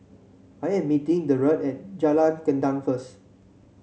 I am meeting Derald at Jalan Gendang first